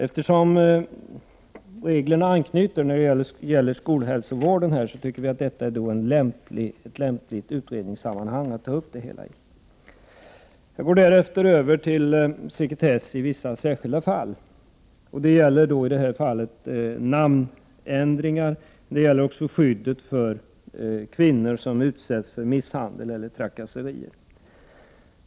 Eftersom reglerna när det gäller skolhälsovården anknyter till detta tycker vi att det är ett lämpligt utredningssammanhang att ta upp detta i. Jag övergår därefter till sekretess i vissa särskilda fall. Det gäller då namnändringar, men det gäller också skyddet för kvinnor som utsätts för misshandel eller trakasserier.